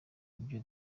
ivyo